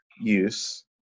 use